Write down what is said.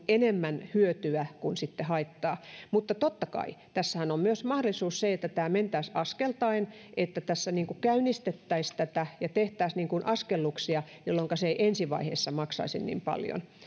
enemmän hyötyä kuin haittaa mutta totta kai tässähän on myös se mahdollisuus että tämä mentäisiin askeltaen että tässä käynnistettäisiin tätä ja tehtäisiin askelluksia jolloinka se ei ensi vaiheessa maksaisi niin paljon